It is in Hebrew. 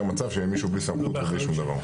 במצב שמישהו בלי סמכות ובלי שום דבר.